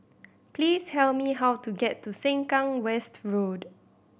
please tell me how to get to Sengkang West Road